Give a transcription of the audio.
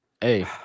hey